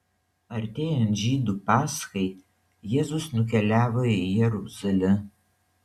artėjant žydų paschai jėzus nukeliavo į jeruzalę